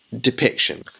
depiction